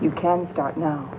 you can start now